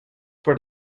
por